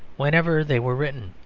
whenever they were written.